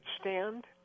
stand